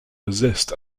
resist